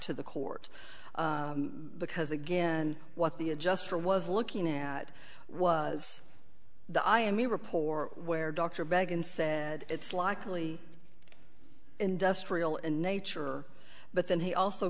to the court because again what the adjuster was looking at was the i am me report where dr breggin said it's likely industrial in nature but then he also